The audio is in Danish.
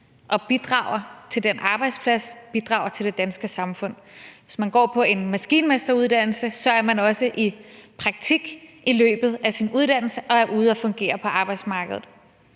og bidrager til den arbejdsplads, bidrager til det danske samfund. Hvis man går på en maskinmesteruddannelse, er man også i praktik i løbet af sin uddannelse og er ude at fungere på arbejdsmarkedet.